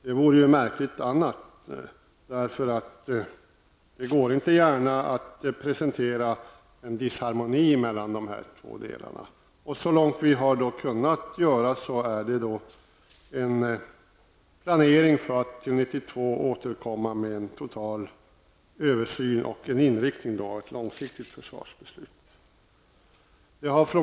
Det vore ju märkligt annars, för det går inte gärna att presentera en disharmoni mellan de två delar det här gäller. Så långt vi har kunnat åstadkomma är det en planering för att 1992 återkomma med en total översyn och en inriktning av ett långsiktigt försvarsbeslut.